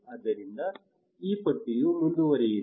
ಆದ್ದರಿಂದ ಈ ಪಟ್ಟಿಯು ಮುಂದುವರೆಯಿತು